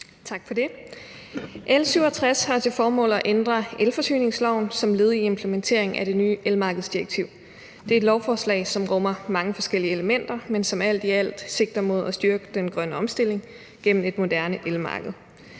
Tak for det. L 67 har til formål at ændre elforsyningsloven som led i implementeringen af det nye elmarkedsdirektiv. Det er et lovforslag, som rummer mange forskellige elementer, men som alt i alt sigter mod at styrke den grønne omstilling gennem et moderne elmarked.